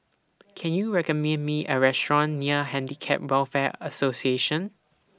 Can YOU recommend Me A Restaurant near Handicap Welfare Association